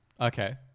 Okay